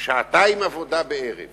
שעתיים עבודה בערב